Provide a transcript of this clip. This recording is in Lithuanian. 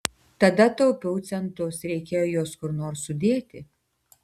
tada taupiau centus reikėjo juos kur nors sudėti